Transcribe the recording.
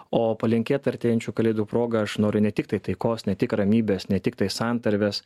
o palinkėt artėjančių kalėdų proga aš noriu ne tiktai taikos ne tik ramybės ne tiktai santarvės